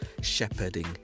shepherding